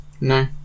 No